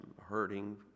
hurting